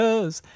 Cause